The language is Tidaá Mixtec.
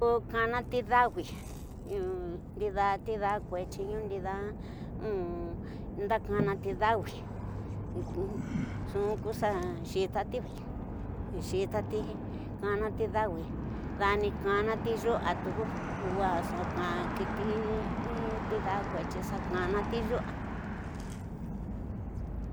Ko kanati dawi, ndida ñida kuetiyi, ñu ndida ndakanati dani, nxu ku xa xatai daya, xatañ kanati, xawi dani kanati, ñaya yuku ula ñkanta kiti in ñida kuti, xa kanati yu'a.